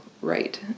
right